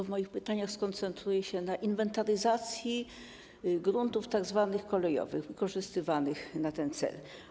W moich pytaniach skoncentruję się na inwentaryzacji gruntów tzw. Kolejowych, wykorzystywanych na ten cel.